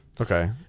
Okay